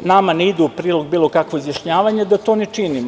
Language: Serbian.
nama ne ide u prilog bilo kakvo izjašnjavanje, da to ne činimo.